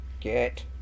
Get